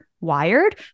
wired